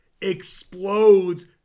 explodes